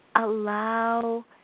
Allow